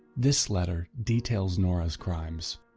this letter details nora's crimes.